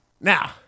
Now